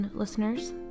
listeners